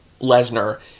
Lesnar